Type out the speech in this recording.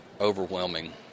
Overwhelming